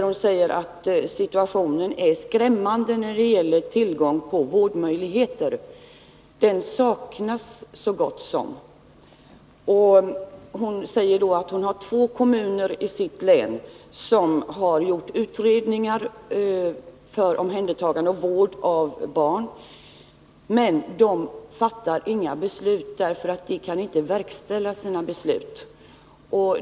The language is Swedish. Hon säger att situationen är skrämmande när det gäller tillgången på vårdmöjligheter — den tillgången saknas så gott som helt. Två kommuner i hennes län har gjort utredningar för omhändertagande och vård av barn. Men de fattar inga beslut, eftersom de inte kan verkställa sådana beslut.